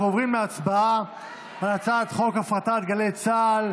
אנחנו עוברים להצבעה על הצעת חוק הפרטת גלי צה"ל,